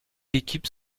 équipes